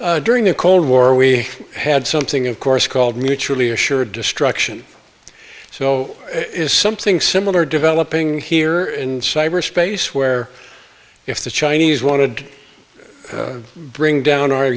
week during the cold war we had something of course called mutually assured destruction so it is something similar developing here in cyberspace where if the chinese wanted bring down our